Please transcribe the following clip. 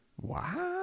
Wow